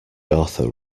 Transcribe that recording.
author